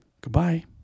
Goodbye